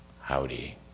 howdy